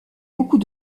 beaucoup